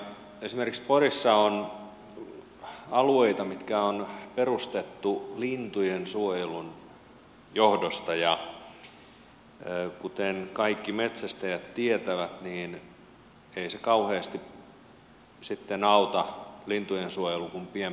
esimerkiksi porissa on alueita mitkä on perustettu lintujensuojelun johdosta ja kuten kaikki metsästäjät tietävät niin ei se lintujensuojelu kauheasti sitten auta kun pienpedot valtaavat alueen